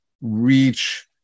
reach